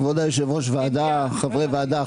כבוד יושב-ראש הוועדה, חברי הוועדה.